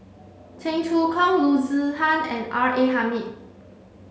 Cheong Choong Kong Loo Zihan and R A Hamid